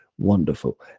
wonderful